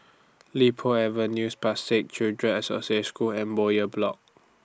Li Po Avenue Spastic Children's Association School and Bowyer Block